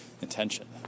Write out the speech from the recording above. intention